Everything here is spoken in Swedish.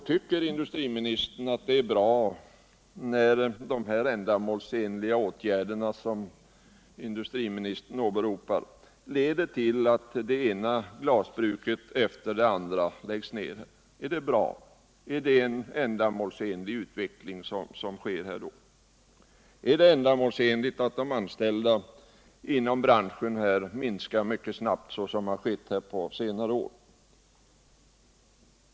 Tycker industriministern att det är bra, när de ändamålsenliga åtgärder som han åberopar leder till att det ena glasbruket efter det andra läggs ned? Är det en ändamålsenlig utveckling som sker då? Är det ändamålsenligt att antalet anställda inom branschen minskar mycket snabbt så som har skett på senare år?